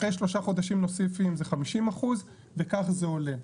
אחרי שלושה חודשים נוספים זה 50% וכך זה עולה.